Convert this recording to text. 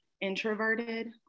introverted